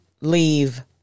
leave